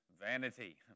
vanity